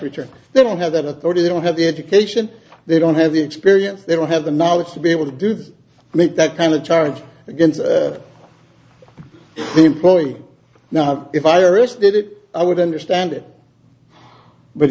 return they don't have that authority they don't have the education they don't have the experience they will have the knowledge to be able to do this make that kind of charge against the employee now if irish did it i would understand it but